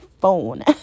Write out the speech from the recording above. phone